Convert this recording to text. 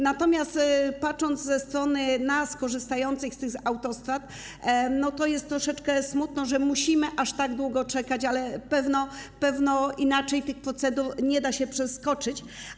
Natomiast patrząc z naszej strony, ze strony korzystających z tych autostrad, jest troszeczkę smutno, że musimy aż tak długo czekać, ale pewnie inaczej tych procedur nie da się przeskoczyć.